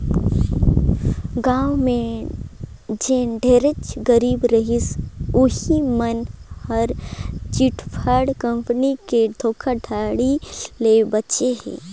गाँव में जेन ढेरेच गरीब रहिस उहीं मन हर चिटफंड कंपनी के धोखाघड़ी ले बाचे हे